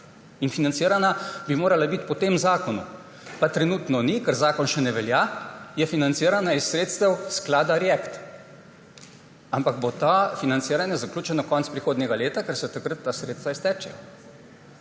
in financirana bi morala biti po tem zakonu, pa trenutno ni, ker zakon še ne velja, zato je financirana iz sredstev sklada React-EU. Ampak to financiranje bo zaključeno konec prihodnjega leta, ker se takrat ta sredstva iztečejo.